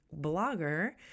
blogger